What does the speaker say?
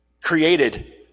created